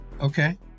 Okay